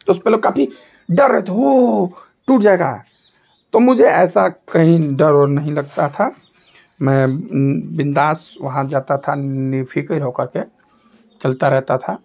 तो उस पर लोग काफ़ी डर रहे थे होओ टूट जाएगा तो मुझे ऐसा कहीं डर वर नहीं लगता था मैं बिन्दास वहाँ जाता था बेफिक्र हो करके चलता रहता था